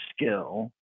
skill